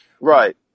right